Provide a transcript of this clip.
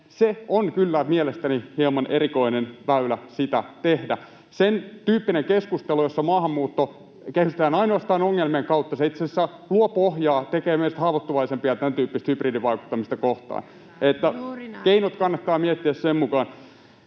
se on kyllä mielestäni hieman erikoinen väylä sitä tehdä. Sentyyppinen keskustelu, jossa maahanmuutto kehystetään ainoastaan ongelmien kautta, itse asiassa luo pohjaa, tekee meistä haavoittuvaisempia tämäntyyppistä hybridivaikuttamista kohtaan, niin että keinot kannattaa miettiä sen mukaan.